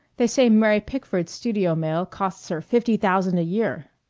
they say mary pickford's studio mail costs her fifty thousand a year.